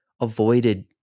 avoided